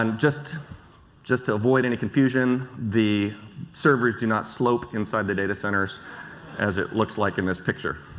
and just just to avoid and confusion, the servers do not slope inside the data centers as it looks like in this picture.